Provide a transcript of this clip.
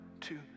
two